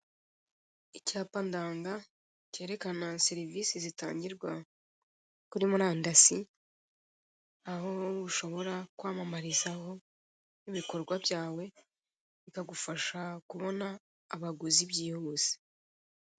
Icyapa ndanga kerekana serivise zitangirwa kuri murandasi aho ushobora kwamamarizaho ibikorwa byawe bikagufasha kubona abaguzi byihuse.